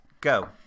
go